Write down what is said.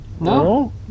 No